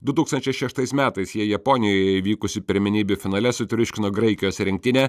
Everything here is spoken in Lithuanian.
du tūkstančiai šeštais metais jie japonijoje vykusių pirmenybių finale sutriuškino graikijos rinktinę